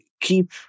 keep